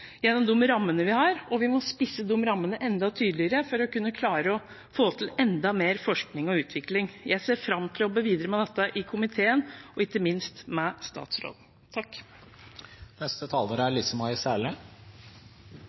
gjennom de rammene vi har, og vi må spisse de rammene enda tydeligere for å kunne klare å få til enda mer forskning og utvikling. Jeg ser fram til å jobbe videre med dette i komiteen, og ikke minst med statsråden. Takk